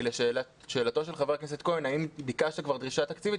כי לשאלתו של חבר הכנסת כהן האם ביקשת כבר דרישה תקציבית,